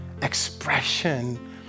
Expression